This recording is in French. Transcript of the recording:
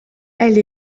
elle